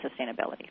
sustainability